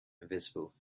invisible